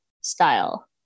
style